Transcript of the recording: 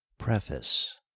preface